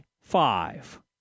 five